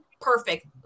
perfect